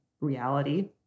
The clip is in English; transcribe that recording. reality